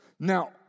Now